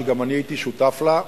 שגם אני הייתי שותף לה,